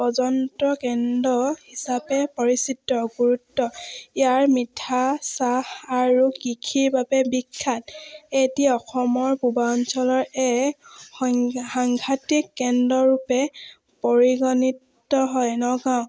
পৰ্যটন কেন্দ্ৰ হিচাপে পৰিচিত গুৰুত্ব ইয়াৰ পিঠা চাহ আৰু কৃষিৰ বাবে বিখ্যাত এটি অসমৰ পূৰ্বাঞ্চলৰ কেন্দ্ৰৰূপে পৰিগণিত হয় নগাঁও